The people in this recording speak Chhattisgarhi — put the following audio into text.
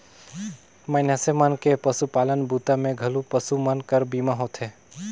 मइनसे मन के पसुपालन बूता मे घलो पसु मन कर बीमा होथे